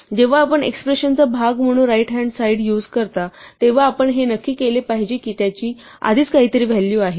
जेव्हा आपण एक्स्प्रेशन चा भाग म्हणून राईट हॅन्ड साईड युझ करता तेव्हा आपण हे नक्की केले पाहिजे की त्याची आधीच काहीतरी व्हॅल्यू आहे